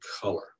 color